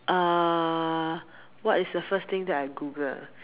err what is the first thing that I Google ah